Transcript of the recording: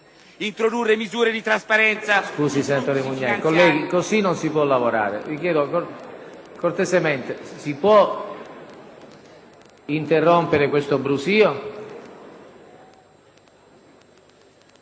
introdurre misure di trasparenza...